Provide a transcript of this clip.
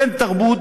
חבר הכנסת הורוביץ,